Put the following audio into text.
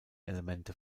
elemente